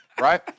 right